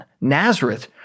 Nazareth